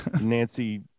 Nancy